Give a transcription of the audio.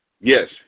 yes